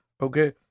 Okay